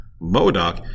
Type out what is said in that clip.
Modoc